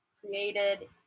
created